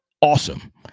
Awesome